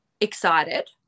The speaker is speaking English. excited